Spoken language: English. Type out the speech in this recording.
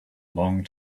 long